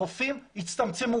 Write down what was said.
החופים יצטמצמו.